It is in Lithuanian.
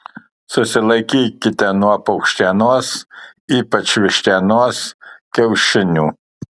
susilaikykite nuo paukštienos ypač vištienos kiaušinių